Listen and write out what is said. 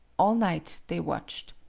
all night they watched.